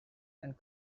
and